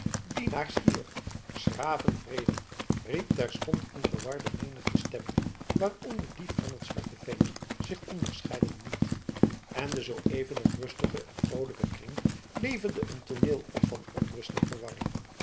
dienaars hier s graven vrede riepen terstond een verwarde menigte stemmen waaronder die van het zwarte ventje zich onderscheiden liet en de zooeven nog rustige en vroolijke kring leverde een tooneel op van onrust en verwarring